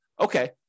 okay